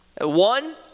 One